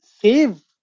save